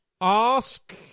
Ask